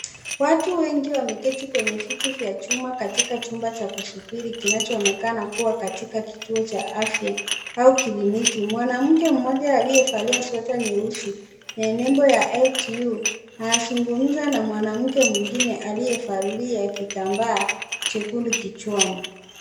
Watu wengi wameketi kwenye viti vya chuma katika chumba cha kusubiri kinachoonekana kuwa katika kituo cha afya au kliniki. Mwanamke mmoja aliyevalia sweta nyeusi yenye nembo ya LTU anazungumza na mwanamke mwingine aliyevalia kitambaa chekundu kichwani.